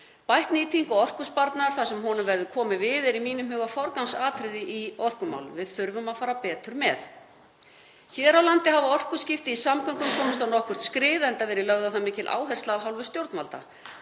Bætt nýting og orkusparnaður þar sem honum verður komið við er í mínum huga forgangsatriði í orkumálum. Við þurfum að fara betur með. Hér á landi hafa orkuskipti í samgöngum komist á nokkurt skrið enda verið lögð á það mikil áhersla af hálfu stjórnvalda.